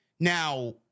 Now